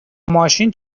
ماشین